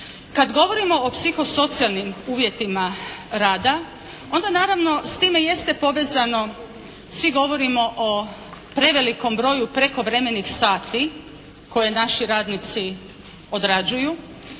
Kad govorimo o psihosocijalnim uvjetima rada onda naravno s time jeste povezano, svi govorimo prevelikom broju prekovremenih sati koje naši radnici odrađuju.